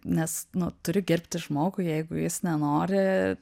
nes nu turi gerbti žmogų jeigu jis nenori